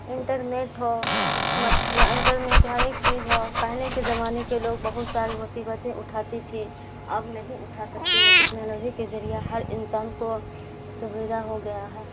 internet ہو مطل internet ہر ایک چیز ہو پہلے کے زمانے کے لوگ بہت ساری مصیبتیں اٹھاتی تھے اب نہیں اٹھا سکتی ہے ٹیکنالوجی کے ذریعہ ہر انسان کو سویدھا ہو گیا ہے